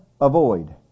avoid